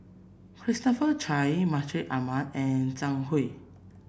Christopher Chia Mustaq Ahmad and Zhang Hui